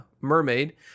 mermaid